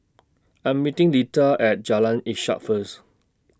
I Am meeting Lida At Jalan Ishak First